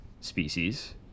species